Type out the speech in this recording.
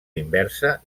inversa